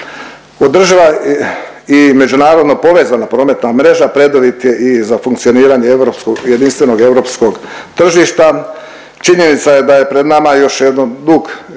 Održiva i međunarodno povezana prometna mreža preduvjet je i za funkcioniranje jedinstvenog europskog tržišta. Činjenica je da je pred nama još jedan dug